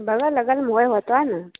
बगल अगलमे होइ होतऽ ने